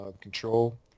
Control